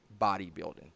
bodybuilding